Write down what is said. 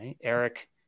Eric